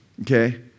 okay